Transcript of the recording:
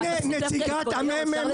הנה נציגת הממ"מ.